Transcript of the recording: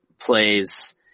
plays